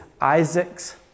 Isaac's